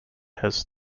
has